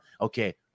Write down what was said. Okay